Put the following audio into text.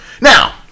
Now